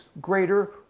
greater